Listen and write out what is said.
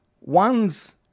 one's